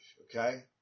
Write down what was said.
okay